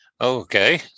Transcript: Okay